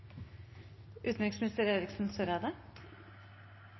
utenriksminister Eriksen Søreide